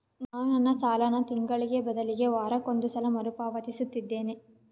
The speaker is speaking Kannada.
ನಾನು ನನ್ನ ಸಾಲನ ತಿಂಗಳಿಗೆ ಬದಲಿಗೆ ವಾರಕ್ಕೊಂದು ಸಲ ಮರುಪಾವತಿಸುತ್ತಿದ್ದೇನೆ